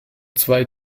zwei